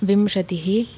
विंशतिः